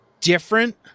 different